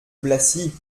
blacy